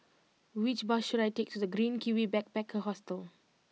which bus should I take to The Green Kiwi Backpacker Hostel